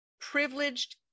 privileged